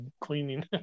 cleaning